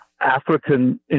African